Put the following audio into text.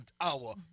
hour